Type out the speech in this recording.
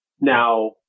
Now